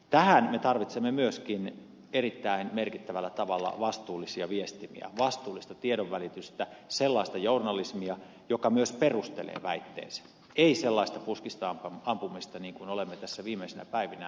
tähän me tarvitsemme myöskin erittäin merkittävällä tavalla vastuullisia viestimiä vastuullista tiedonvälitystä sellaista journalismia joka myös perustelee väitteensä ei sellaista puskista ampumista niin kuin olemme tässä viimeisinä päivinä nähneet